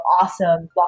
awesome